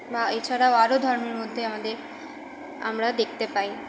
না এছাড়াও আরও ধর্মের মধ্যে আমাদের আমরা দেখতে পাই